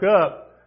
up